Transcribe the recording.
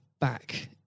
back